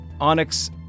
Onyx